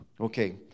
Okay